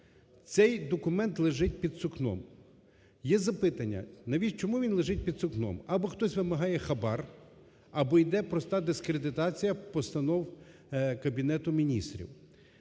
Цей документ лежить під сукном. Є запитання, чому він лежить під сукном. Або хтось вимагає хабар, або йде проста дискредитація постанов Кабінету Міністрів.